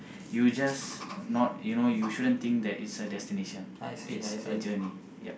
you just not you know you shouldn't think that it's a destination it's a journey yup